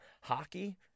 Hockey